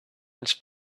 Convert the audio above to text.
its